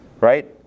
Right